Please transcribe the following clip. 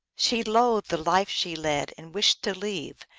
she loathed the life she led, and wished to leave,